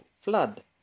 flood